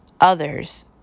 others